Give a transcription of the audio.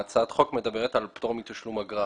הצעת החוק מדברת על פטור מתשלום אגרה.